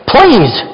Please